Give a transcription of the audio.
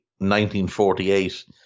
1948